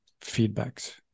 feedbacks